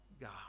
God